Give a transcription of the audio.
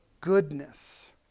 goodness